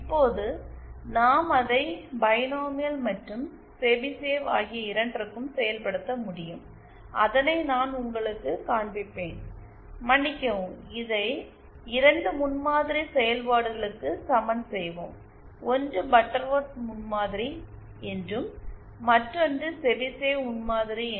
இப்போது நாம் அதை பைனோமியல் மற்றும் செபிஷேவ் ஆகிய இரண்டிற்கும் செயல்படுத்த முடியும் அதனை நான் உங்களுக்குக் காண்பிப்பேன் மன்னிக்கவும் இதை 2 முன்மாதிரி செயல்பாடுகளுக்கு சமன் செய்வோம் ஒன்று பட்டர்வொர்த் முன்மாதிரி என்றும் மற்றொன்று செபிஷேவ் முன்மாதிரி Chebyshev prototype